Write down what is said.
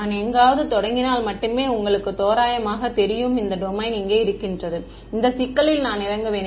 நான் எங்காவது தொடங்கினால் மட்டுமே உங்களுக்கு தோராயமாக தெரியும் இந்த டொமைன் இங்கே இருக்கின்றது இந்த சிக்கலில் நான் இறங்குவேன்